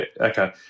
Okay